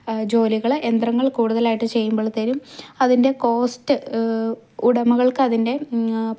ജോലികളെ യന്ത്രങ്ങൾ കൂടുതലായിട്ട് ചെയ്യുമ്പളത്തേനും അതിൻ്റെ കോസ്റ്റ് ഉടമകൾക്കതിൻ്റെ